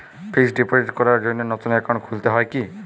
Fix deposit করার জন্য নতুন অ্যাকাউন্ট খুলতে হয় কী?